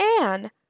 Anne